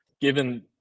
given